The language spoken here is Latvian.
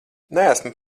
neesmu